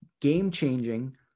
game-changing